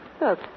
Look